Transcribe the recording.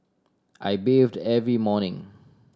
I bathe the every morning